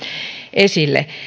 esille